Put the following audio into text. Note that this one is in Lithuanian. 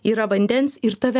yra vandens ir tave